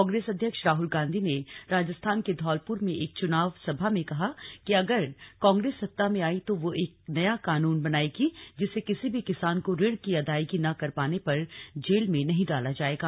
कांग्रेस अध्यक्ष राहुल गांधी ने राजस्थान के धौलपुर में एक चुनाव सभा में कहा कि अगर कांग्रेस सत्ता में आई तो वह एक नया कानून बनायेगी जिससे किसी भी किसान को ऋण की अदायगी न कर पाने पर जेल में नहीं डाला जायेगा